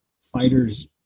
fighters